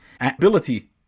ability